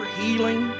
healing